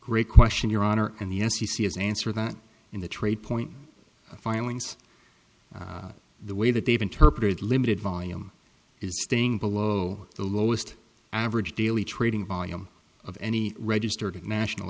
great question your honor and the f c c has answered that in the trade point of filings the way that they've interpreted limited volume is staying below the lowest average daily trading volume of any registered international